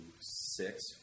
six